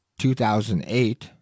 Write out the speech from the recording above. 2008